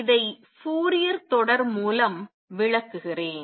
இதை ஃபோரியர் தொடர் மூலம் விளக்குகிறேன்